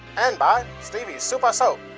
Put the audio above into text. and by, stevie's super soap.